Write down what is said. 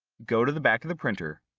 go to the back of the printer,